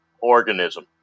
organism